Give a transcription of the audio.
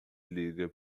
liga